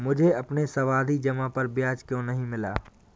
मुझे अपनी सावधि जमा पर ब्याज क्यो नहीं मिला?